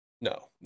No